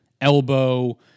elbow